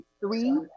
three